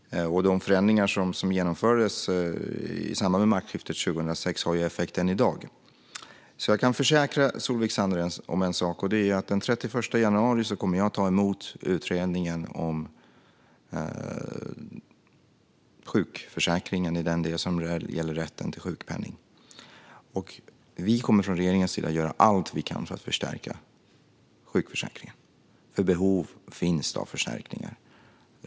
De förändringar som genomfördes i samband med maktskiftet 2006 har effekt än i dag. Jag kan försäkra Solveig Zander en sak: Den 31 januari kommer jag att ta emot utredningen om sjukförsäkringen i den del som gäller rätten till sjukpenning. Vi kommer från regeringens sida att göra allt vi kan för att förstärka sjukförsäkringen, för behov finns av förstärkningar.